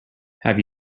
have